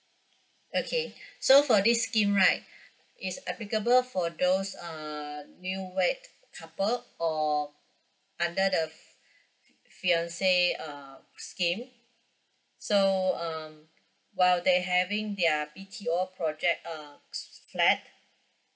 okay so for this scheme right is applicable for those err new wed couple or under the fiancé err scheme so um while they having their B_T_O project uh flat